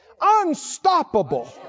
unstoppable